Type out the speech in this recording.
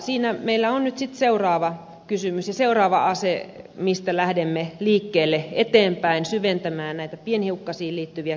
siinä meillä on nyt sitten seuraava kysymys ja seuraava ase mistä lähdemme liikkeelle eteenpäin syventämään näitä pienhiukkasiin liittyviä kysymyksiä